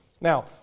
Now